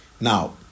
now